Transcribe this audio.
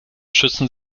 schützen